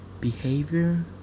behavior